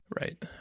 right